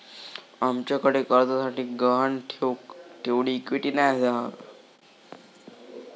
आमच्याकडे कर्जासाठी गहाण ठेऊक तेवढी इक्विटी नाय हा